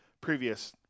previous